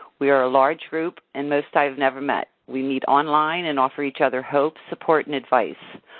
we are a large group and most i have never met. we meet online and offer each other hope, support, and advice.